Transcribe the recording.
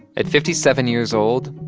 at fifty seven years old,